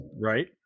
Right